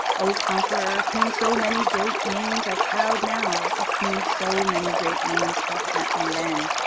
o conqueror, of whom so many great names are proud now, of whom so many great names thought nothing then,